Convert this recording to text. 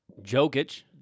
Jokic